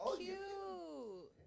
cute